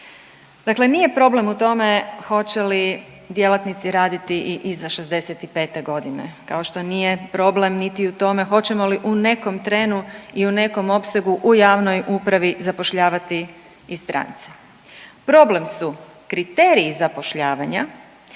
Dakle nije problem u tome hoće li djelatnici raditi i iza 65.g., kao što nije problem niti u tome hoćemo li u nekom trenu i u nekom opsegu u javnoj upravi zapošljavati i strance, problem su kriteriji zapošljavanja,